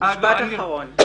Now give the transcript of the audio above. משפט אחרון.